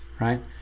right